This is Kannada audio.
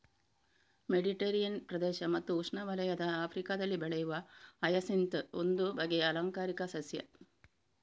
ಮೆಡಿಟರೇನಿಯನ್ ಪ್ರದೇಶ ಮತ್ತು ಉಷ್ಣವಲಯದ ಆಫ್ರಿಕಾದಲ್ಲಿ ಬೆಳೆಯುವ ಹಯಸಿಂತ್ ಒಂದು ಬಗೆಯ ಆಲಂಕಾರಿಕ ಸಸ್ಯ